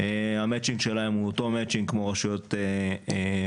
המצ'ינג שלהן הוא אותו מצ'ינג כמו רשויות חלשות,